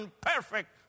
perfect